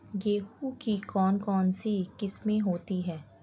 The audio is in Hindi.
गेहूँ की कौन कौनसी किस्में होती है?